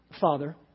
Father